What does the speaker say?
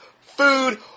Food